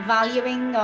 Valuing